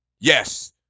Yes